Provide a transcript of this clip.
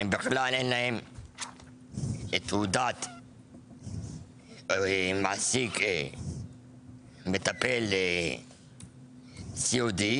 בכלל אין להם תעודת מעסיק מטפל סיעודי,